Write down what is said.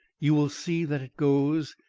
you will see that it goes,